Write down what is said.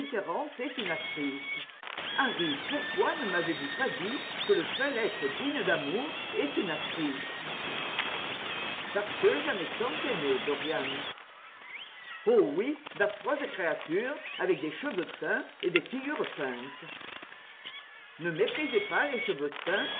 est une actrice lîarry pourquoi ne m'avez-vous pas dit que le seul être digne d'amour est une actrice parce que j'en ai tant aimé dorian oh oui d'affreuses créatures avec des cheveux teints et des figures peintes ne méprisez pas les cheveux teints